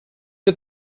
wir